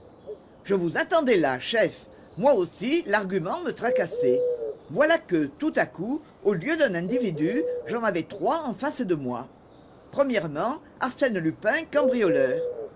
je vous attendais là chef moi aussi l'argument me tracassait voilà que tout à coup au lieu d'un individu j'en avais trois en face de moi arsène lupin cambrioleur